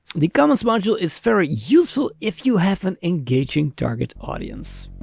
the comments module is very useful if you have an engaging target audience.